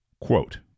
Quote